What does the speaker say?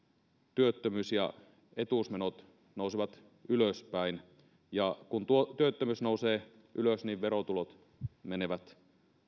työttömyys ja etuusmenot nousevat ylöspäin ja kun työttömyys nousee ylös verotulot menevät